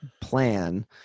plan